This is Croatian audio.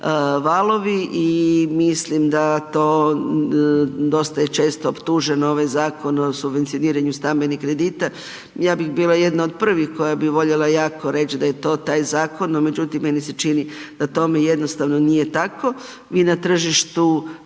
valovi i mislim da to dosta je često optužen ovaj Zakon o subvencioniranju stambenih kredita, ja bih bila jedna od prvih koja bi voljela jako reći da je to taj zakon, međutim meni se čini da tome jednostavno nije tako i na tržištu,